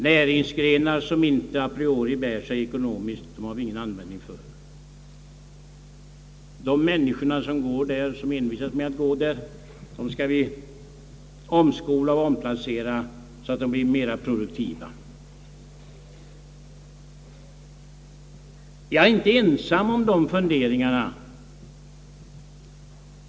Näringsgrenar som inte a priori bär sig ekonomiskt har vi ingen användning för. De människor som envisas med att gå där skall omskolas och omplaceras så att de blir mer produktiva.» Jag är inte ensam om dessa funderingar.